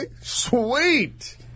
Sweet